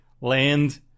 land